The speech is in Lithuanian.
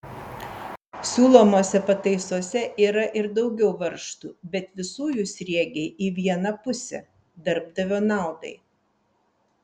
siūlomose pataisose yra ir daugiau varžtų bet visų jų sriegiai į vieną pusę darbdavio naudai